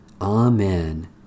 Amen